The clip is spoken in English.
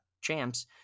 champs